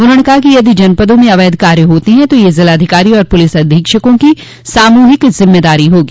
उन्होंने कहा कि यदि जनपदों में अवैध कार्य होते हैं तो यह जिलाधिकारी और पुलिस अधीक्षकों की सामूहिक जिम्मेदारी होगी